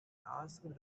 asked